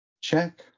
check